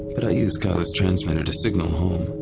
but i used keila's transmitter to signal home,